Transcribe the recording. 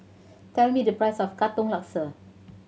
tell me the price of Katong Laksa